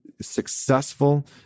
successful